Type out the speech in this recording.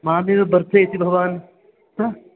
मामेव भर्त्सयति भवान् हा